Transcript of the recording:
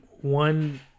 one